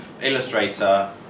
illustrator